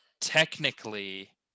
technically